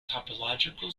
topological